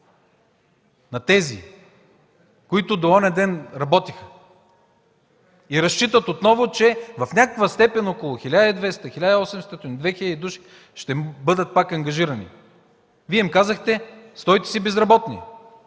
на тези, които до онзи ден работиха и разчитат отново, че в някаква степен около 1200, 1800, 2000 души ще бъдат пак ангажирани? Вие им казахте: „Стойте си безработни”.